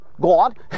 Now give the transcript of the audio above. God